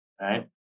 right